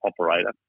operator